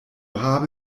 habe